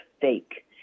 fake